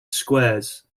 squares